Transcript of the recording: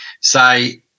say